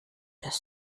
des